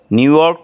New York